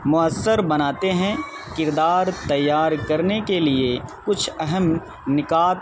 مؤثر بناتے ہیں کردار تیار کرنے کے لیے کچھ اہم نکات